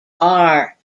are